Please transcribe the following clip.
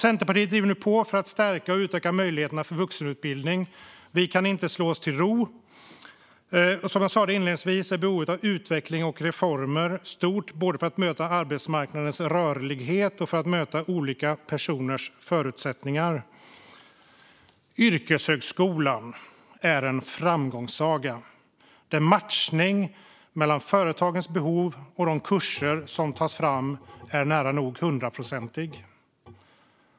Centerpartiet driver nu på för att stärka och utöka möjligheterna för vuxenutbildning. Vi kan inte slå oss till ro. Som jag sa inledningsvis är behovet av utveckling och reformer stort både för att möta arbetsmarknadens rörlighet och för att möta olika personers förutsättningar. Yrkeshögskolan är en framgångssaga där matchning mellan företagens behov och de kurser som tas fram är nära nog hundraprocentig.